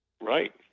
right